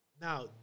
now